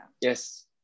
Yes